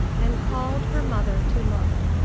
and called her mother to look.